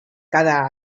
cada